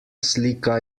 slika